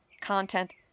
content